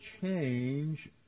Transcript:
change